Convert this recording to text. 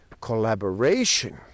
Collaboration